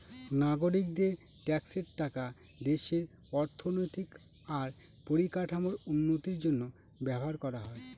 নাগরিকদের ট্যাক্সের টাকা দেশের অর্থনৈতিক আর পরিকাঠামোর উন্নতির জন্য ব্যবহার করা হয়